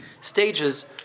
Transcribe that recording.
stages